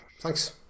Thanks